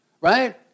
right